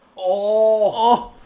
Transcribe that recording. ohh!